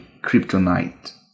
kryptonite